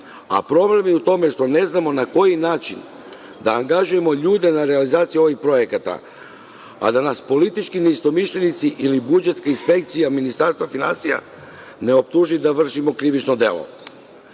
projekta. Problem je u tome što ne znamo na koji način da angažujemo ljude na realizaciji ovih projekata, a da nas politički neistomišljenici ili budžetska inspekcija Ministarstva finansija ne optuži da vršimo krivično delo.